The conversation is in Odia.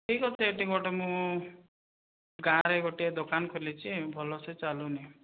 ଠିକ୍ ଅଛି ଏଇଠି ଗୋଟେ ମୁଁ ଗାଁ ରେ ଗୋଟେ ଦୋକାନ୍ ଖୋଲିଛି ଭଲସେ ଚାଲୁନି